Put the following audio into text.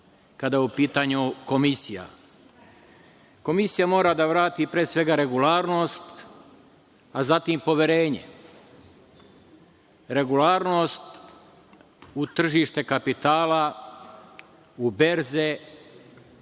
kada je u pitanju Komisija. Komisija mora da vrati pre svega regularnost, a zatim poverenje. Regularnost u tržište kapitala, u berze, u